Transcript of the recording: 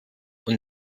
und